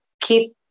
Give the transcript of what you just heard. keep